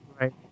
Right